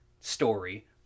story